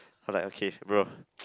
I was like okay bro